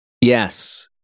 Yes